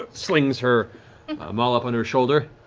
ah slings her and but maul up on her shoulder.